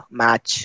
match